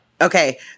Okay